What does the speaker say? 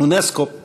אונסקו"פ